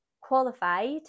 qualified